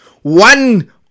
One